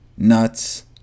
Nuts